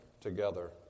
together